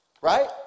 right